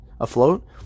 afloat